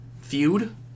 feud